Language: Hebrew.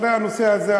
הרי הנושא הזה,